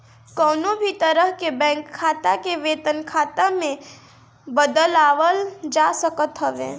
कवनो भी तरह के बैंक खाता के वेतन खाता में बदलवावल जा सकत हवे